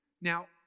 Now